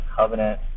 covenant